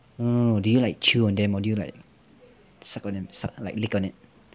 no no no do you like chew on them or do you like suck on them suck like lick on it